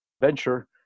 venture